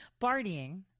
partying